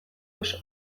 oso